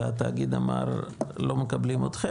והתאגיד אמר: לא מקבלים אתכם.